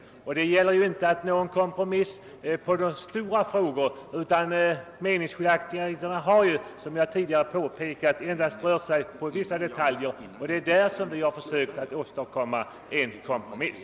Det har inte gällt att nå en kompromiss i några stora frågor, utan meningsskiljaktigheterna har ju, som jag tidigare påpekat, endast rört sig om vissa detaljer, och det är i fråga om dessa som vi har försökt åstadkomma en kompromiss.